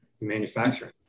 manufacturing